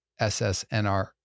SSNR